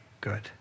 good